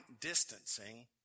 distancing